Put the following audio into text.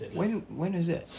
when was that